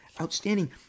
outstanding